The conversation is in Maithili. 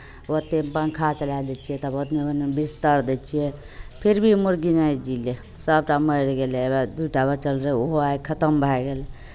ओतहि पङ्खा चला दै छियै तब ओन्नऽ ओन्नऽ बिस्तर दै छियै फिर भी मुर्गी नहि जीलै सभटा मरि गेलै ओ उएह दू टा बचल रहै ओहो आइ खतम भए गेल